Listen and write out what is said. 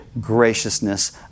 graciousness